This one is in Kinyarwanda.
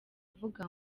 avuga